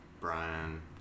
Brian